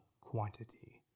quantity